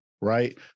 right